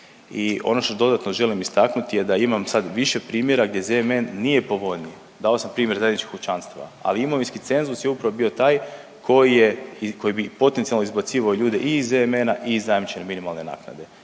i ono što dodatno želim istaknuti je da imam sad više primjera gdje ZMN nije povoljniji. Dao sam primjer zajedničkog kućanstva, ali imovinski cenzus je upravo bio taj koji bi potencijalno izbacivao ljude i iz ZMN-a i iz zajamčene minimalne naknade.